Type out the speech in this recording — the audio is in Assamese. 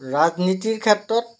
ৰাজনীতিৰ ক্ষেত্ৰত